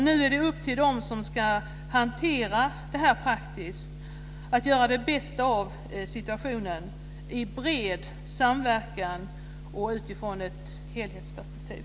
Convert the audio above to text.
Nu är det upp till dem som ska hantera detta praktiskt att göra det bästa av situationen i bred samverkan och utifrån ett helhetsperspektiv.